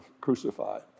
crucified